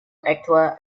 actual